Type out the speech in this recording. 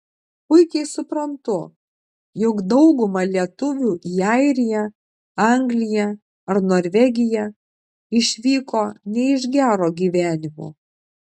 puikiai suprantu jog dauguma lietuvių į airiją angliją ar norvegiją išvyko ne iš gero gyvenimo